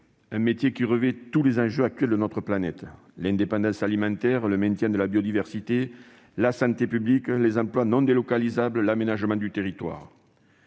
un métier qui recouvre tous les enjeux actuels de notre planète : l'indépendance alimentaire, le maintien de la biodiversité, la santé publique, les emplois non délocalisables, l'aménagement du territoire.